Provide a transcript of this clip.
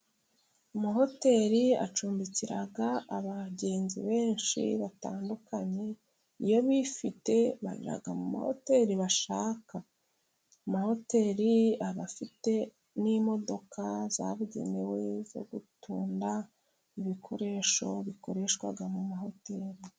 Amahoteri acumbikira abagenzi benshi batandukanye, iyo bifite bajya mu mahoteri bashaka, amahoteri abafite n'imodoka zabugenewe zo gutunda ibikoresho bikoreshwa mu mahoteri.